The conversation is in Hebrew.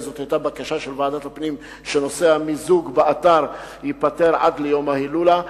זאת היתה בקשה של ועדת הפנים שנושא המיזוג באתר ייפתר עד ליום ההילולה.